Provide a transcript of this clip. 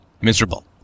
miserable